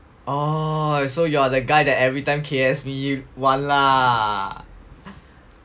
oh so you are the guy that everytime K_S me [one] lah